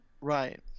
Right